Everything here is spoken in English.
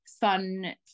fun